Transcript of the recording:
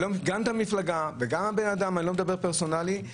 גם המפלגה וגם האדם אני לא מדבר פרסונלי.